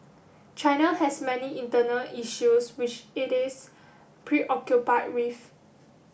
China has many internal issues which it is preoccupied with